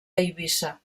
eivissa